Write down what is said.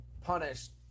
punished